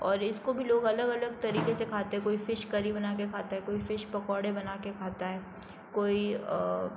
और इसको भी लोग अलग अलग तरीके से खाते कोई फिश करी बना कर खाता है कोई फिश पकौड़े बना कर खाता है कोई